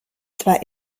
zwar